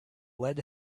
lead